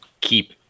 keep